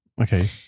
Okay